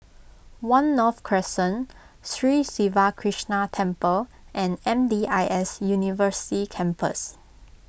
one North Crescent Sri Siva Krishna Temple and M D I S University Campus